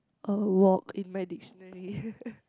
or walk in my dictionary